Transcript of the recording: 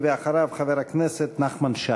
אחריו, חבר הכנסת נחמן שי.